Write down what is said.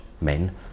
men